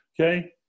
Okay